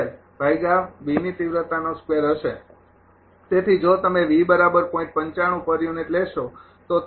તેથી જો તમે લેશો તો તે લગભગ કંઈક હશે